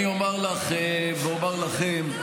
אני אומר לך ואומר לכם,